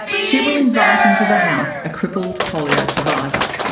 she will invite into the house a crippled polio survivor.